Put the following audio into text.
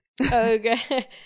Okay